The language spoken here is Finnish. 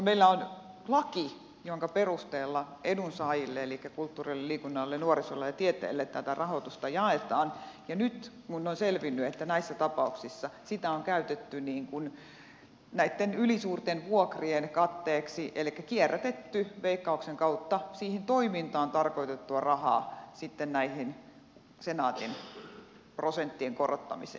meillä on laki jonka perusteella edunsaajille eli kulttuurille liikunnalle nuorisolle ja tieteelle tätä rahoitusta jaetaan ja nyt on selvinnyt että näissä tapauksissa sitä on käytetty näitten ylisuurten vuokrien katteeksi elikkä kierrätetty veikkauksen kautta siihen toimintaan tarkoitettua rahaa tähän senaatin prosenttien korottamiseen